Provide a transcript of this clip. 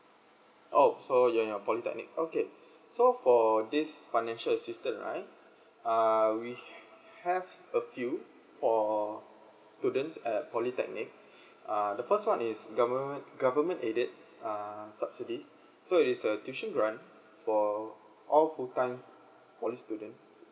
oh so you're in polytechnic okay so for this financial assistant right uh we have a few for students at polytechnic uh the first one is government government aided uh subsidies so it is a tuition grant for all full time poly students